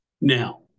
Now